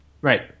Right